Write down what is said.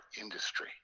industry